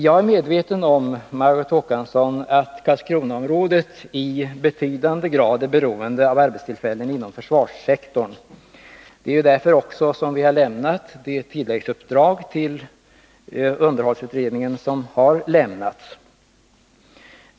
Jag är medveten om, Margot Håkansson, att Karlskronaområdet i betydande grad är beroende av arbetstillfällen inom försvarssektorn. Det är också därför som vi lämnar tilläggsuppdraget till underhållsutredningen.